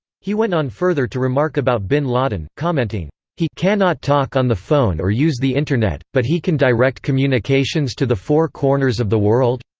he went on further to remark about bin laden, commenting he cannot talk on the phone or use the internet, but he can direct communications to the four corners of the world?